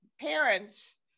parents